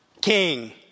king